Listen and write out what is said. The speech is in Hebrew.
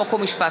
חוק ומשפט.